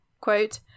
quote